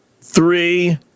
three